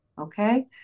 Okay